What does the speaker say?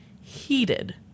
heated